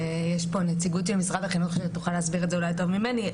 יש פה נציגות של משרד החינוך שתוכל להסביר את זה אולי טוב ממני.